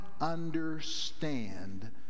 understand